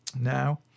now